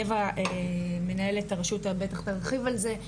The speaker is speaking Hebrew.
אווה מנהלת הרשות בטח תרחיב על זה,